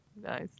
Nice